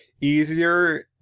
easier